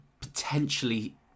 potentially